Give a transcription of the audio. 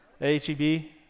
H-E-B